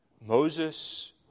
Moses